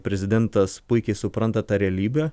prezidentas puikiai supranta tą realybę